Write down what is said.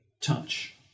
touch